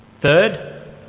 Third